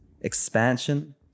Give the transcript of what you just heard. expansion